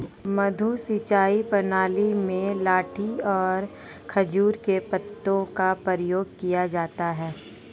मद्दू सिंचाई प्रणाली में लाठी और खजूर के पत्तों का प्रयोग किया जाता है